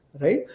right